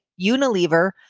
Unilever